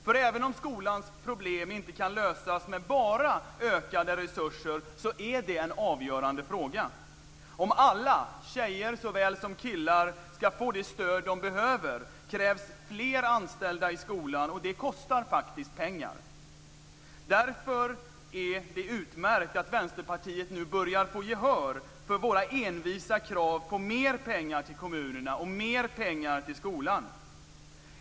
För även om skolans problem inte kan lösas med bara ökade resurser så är det en avgörande fråga. Om alla - tjejer såväl som killar - ska få det stöd de behöver krävs fler anställda i skolan, och det kostar faktiskt pengar. Därför är det utmärkt att Vänsterpartiet nu börjar få gehör för sina envisa krav på mer pengar till kommunerna och mer pengar till skolan.